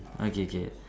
okay K